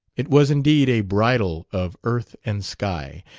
it was indeed a bridal of earth and sky,